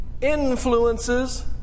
influences